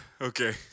Okay